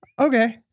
Okay